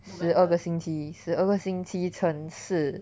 十二个星期十二个星期乘四